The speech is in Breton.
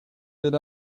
bet